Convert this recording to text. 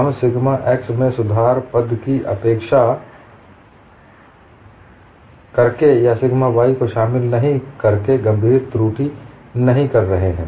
हम sigma x में सुधार पद की उपेक्षा करके या सिग्मा y को शामिल नहीं करके गंभीर त्रुटि नहीं कर रहे हैं